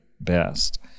best